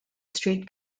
street